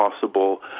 possible